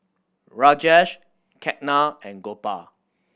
Rajesh Ketna and Gopal